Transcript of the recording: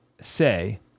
say